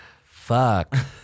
Fuck